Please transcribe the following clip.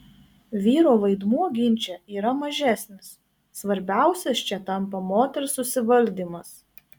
vyro vaidmuo ginče yra mažesnis svarbiausias čia tampa moters susivaldymas